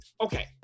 okay